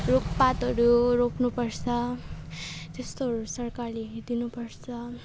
रुखपातहरू रोप्नुपर्छ त्यस्तोहरू सरकारले हेरिदिनु पर्छ